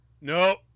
No